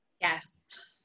Yes